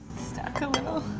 stuck a little.